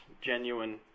genuine